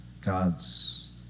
God's